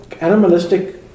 animalistic